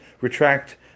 retract